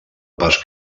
pas